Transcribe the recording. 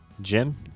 Jim